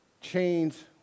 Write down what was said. chains